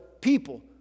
people